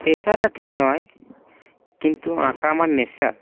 পেশাটা ঠিক নয় কিন্তু আঁকা আমার নেশা